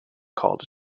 called